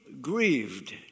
grieved